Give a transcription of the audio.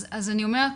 אז אני אומרת,